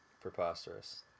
preposterous